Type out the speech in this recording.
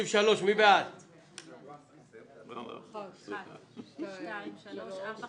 ההצעה לא נתקבלה ותעלה